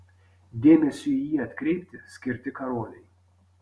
dėmesiui į jį atkreipti skirti karoliai